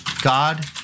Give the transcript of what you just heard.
God